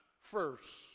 first